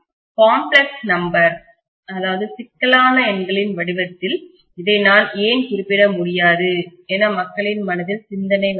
complex நம்பர்சிக்கலான எண்களின் வடிவத்தில் இதை நான் ஏன் குறிப்பிட முடியாது என மக்களின் மனதில் சிந்தனை வந்தது